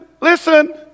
listen